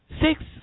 six